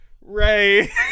ray